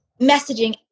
messaging